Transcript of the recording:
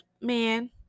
man